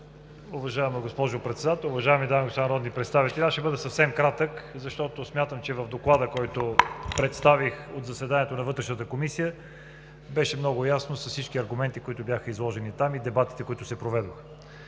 Уважаема госпожо Председател, уважаеми дами и господа народни представители! Аз ще бъда съвсем кратък, защото смятам, че в Доклада, който представих от заседанието на Вътрешната комисия, беше много ясно с всички аргументи, които бяха изложени там, и дебатите, които се проведоха.